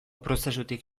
prozesutik